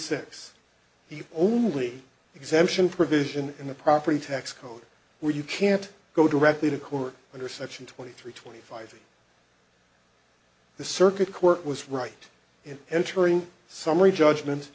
six he only exemption provision in the property tax code where you can't go directly to court under section twenty three twenty five the circuit court was right in entering summary judgment